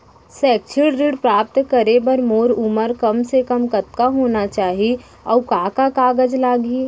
शैक्षिक ऋण प्राप्त करे बर मोर उमर कम से कम कतका होना चाहि, अऊ का का कागज लागही?